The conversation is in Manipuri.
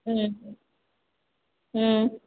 ꯎꯝ ꯎꯝ